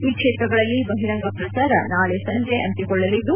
ಈ ಕ್ಷೇತ್ರಗಳಲ್ಲಿ ಬಹಿರಂಗ ಪ್ರಚಾರ ನಾಳಿ ಸಂಜೆ ಅಂತ್ಯಗೊಳ್ಳಲಿದ್ದು